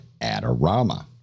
Adorama